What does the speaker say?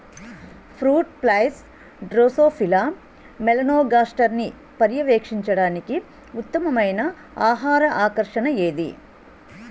Fruit flies drosophila మెలనోగాస్టర్ని పర్యవేక్షించడానికి ఉత్తమమైన ఆహార ఆకర్షణ ఏది?